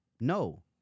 no